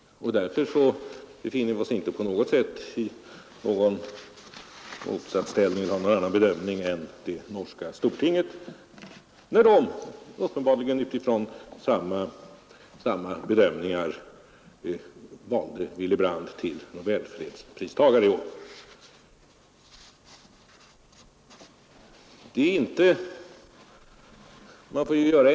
Därför befinner vi oss inte på något sätt i någon motsatsställning till det norska stortinget när det, uppenbarligen — Om bistånd till De utifrån samma bedömningar, valde Willy Brandt till nobelfredspristagare i — mokratiska republi år.